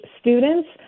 students